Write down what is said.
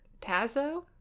Tazo